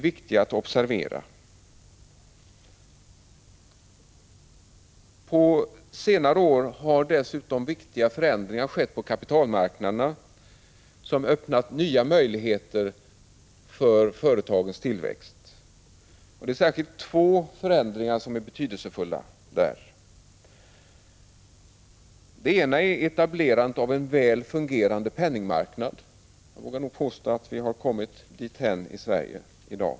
Under senare år har dessutom viktiga förändringar skett på kapitalmarknaderna, vilket öppnat nya möjligheter för företagens tillväxt. Det är särskilt två förändringar som är betydelsefulla. Den ena är etablerandet av en väl fungerande penningmarknad, och jag vågar nog påstå att vi har kommit dithän i Sverige i dag.